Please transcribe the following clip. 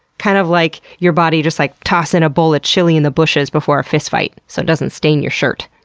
kind of like your body just like tossing a bowl of chili in the bushes before a fistfight so it doesn't stain your shirt.